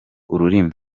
ururimi